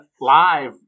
live